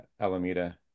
Alameda